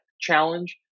challenge